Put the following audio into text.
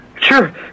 sure